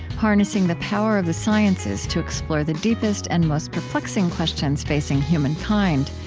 harnessing the power of the sciences to explore the deepest and most perplexing questions facing humankind.